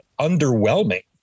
underwhelming